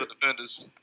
defenders